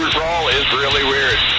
roll is really weird.